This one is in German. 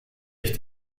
ich